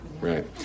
Right